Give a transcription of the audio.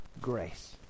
grace